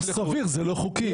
לא סביר זה לא חוקי.